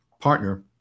partner